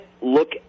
look